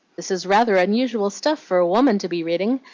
this is rather unusual stuff for a woman to be reading.